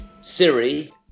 Siri